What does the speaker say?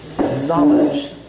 knowledge